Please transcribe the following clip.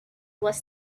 was